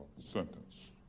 sentence